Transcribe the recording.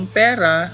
pera